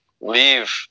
leave